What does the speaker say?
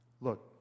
Look